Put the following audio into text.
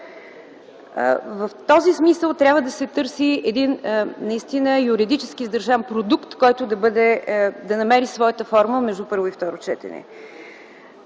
В този смисъл трябва да се търси един наистина юридически издържан продукт, който да намери своята форма между първо и второ четене.